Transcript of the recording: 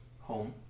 home